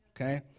okay